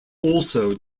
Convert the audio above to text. also